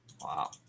wow